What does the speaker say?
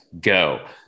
Go